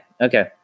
Okay